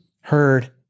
heard